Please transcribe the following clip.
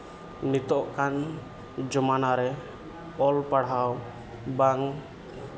ᱱᱤᱛᱚᱜ ᱠᱟᱱ ᱡᱟᱢᱟᱱᱟ ᱨᱮ ᱚᱞ ᱯᱟᱲᱦᱟᱣ ᱵᱟᱝ